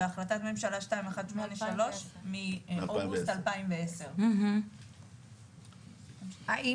והחלטת ממשלה 2183 מאוגוסט 2010. אז מה